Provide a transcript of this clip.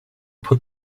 put